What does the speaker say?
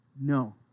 No